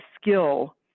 skill